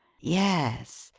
yes,